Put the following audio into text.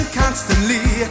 constantly